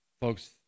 Folks